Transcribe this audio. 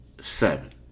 Seven